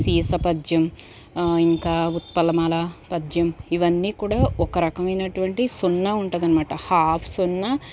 సీస పద్యం ఇంకా ఉత్పలమాల పద్యం ఇవన్నీ కూడా ఒక రకమైనటువంటి సున్నా ఉంటుంది అనమాట హాఫ్ సున్నా